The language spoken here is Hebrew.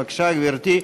בבקשה, גברתי.